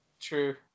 True